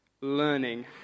learning